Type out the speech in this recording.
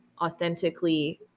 authentically